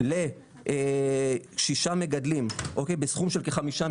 ל-6 מגדלים בסכום של כ-5 מיליון.